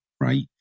right